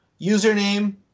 Username